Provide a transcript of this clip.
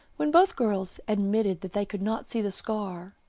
when both girls admitted that they could not see the scar,